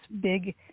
big